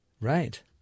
Right